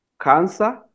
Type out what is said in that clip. cancer